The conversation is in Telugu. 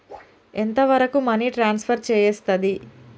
ఎంత వరకు మనీ ట్రాన్స్ఫర్ చేయస్తది?